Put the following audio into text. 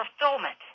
fulfillment